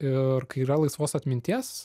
ir yra laisvos atminties